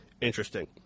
interesting